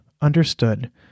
understood